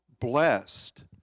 blessed